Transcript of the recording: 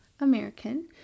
American